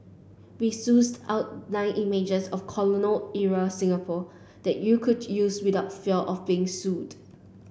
we sussed out nine images of colonial era Singapore that you could use without fear of being sued